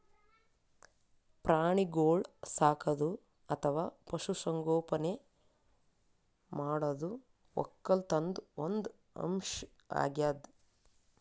ಪ್ರಾಣಿಗೋಳ್ ಸಾಕದು ಅಥವಾ ಪಶು ಸಂಗೋಪನೆ ಮಾಡದು ವಕ್ಕಲತನ್ದು ಒಂದ್ ಅಂಶ್ ಅಗ್ಯಾದ್